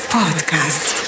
podcast